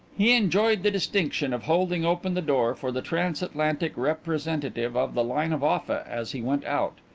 he enjoyed the distinction of holding open the door for the transatlantic representative of the line of offa as he went out,